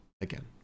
again